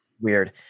weird